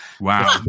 Wow